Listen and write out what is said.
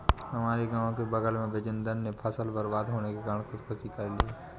हमारे गांव के बगल में बिजेंदर ने फसल बर्बाद होने के कारण खुदकुशी कर ली